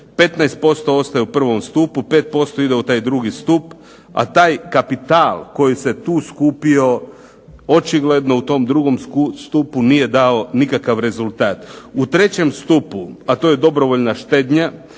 15% ostaje u prvom stupu, 5% ide u taj drugi stup a taj kapital koji se tu skupio očigledno u tom drugom stupu nije dao nikakav rezultat. U 3. stupu a to je dobrovoljna štednja